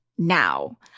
Now